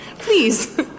Please